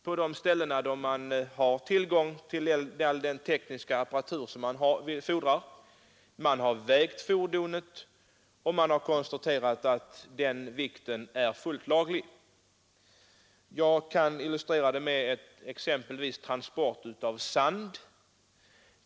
På de ställen där man har tillgång till all teknisk apparatur som fordras har man vägt fordonet och konstaterat att vikten är fullt laglig. Jag kan illustrera hur det sedan kan gå, exempelvis vid transport av sand.